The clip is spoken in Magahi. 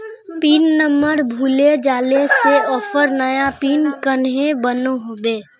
पिन नंबर भूले जाले से ऑफर नया पिन कन्हे बनो होबे?